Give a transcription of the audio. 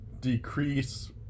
decrease